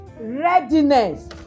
Readiness